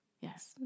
yes